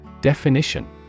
Definition